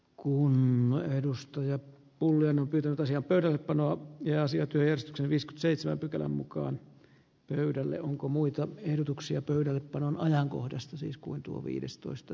kunnan edustajat pullinen on pitänyt asian pöydällepanoa ja asiat ylös twist seitsemän pykälän mukaan pöydälle onko muita ehdotuksia pöydällepanon ajankohdasta siis kuin tuo viidestoista